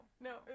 no